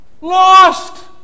Lost